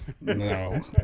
No